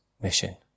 mission